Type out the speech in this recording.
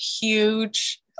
huge